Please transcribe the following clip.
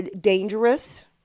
dangerous